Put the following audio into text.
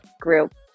group